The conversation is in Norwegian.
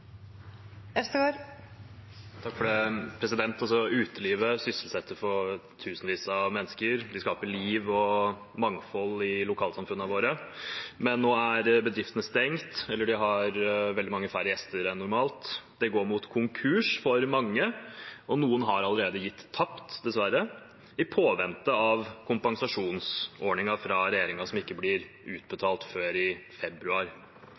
Utelivet sysselsetter tusenvis av mennesker og skaper liv og mangfold i lokalsamfunnene våre, men nå er bedriftene stengt eller har veldig mange færre gjester enn normalt. Det går mot konkurs for mange, og noen har allerede gitt tapt, dessverre, i påvente av kompensasjonsordningen fra regjeringen, som ikke blir utbetalt før i februar.